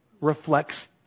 reflects